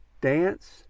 dance